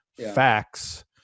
facts